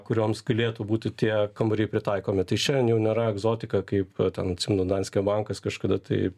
kurioms galėtų būti tie kambariai pritaikomi tai šiandien jau nėra egzotika kaip ten atsimenu danske bankas kažkada tai